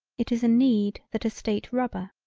it is a need that a state rubber.